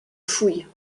fouilles